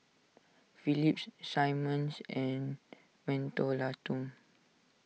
Phillips Simmons and Mentholatum